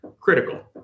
critical